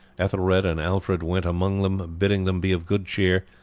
ethelred and alfred went among them bidding them be of good cheer,